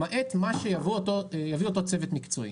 למעט מה שיביא אותו צוות מקצועי.